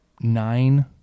nine